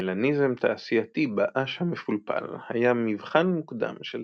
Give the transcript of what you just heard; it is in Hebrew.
מלניזם תעשייתי בעש המפולפל היה מבחן מוקדם של